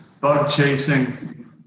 bug-chasing